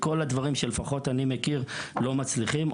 לפחות ממה שאני מכיר הדברים האלה לא מצליחים.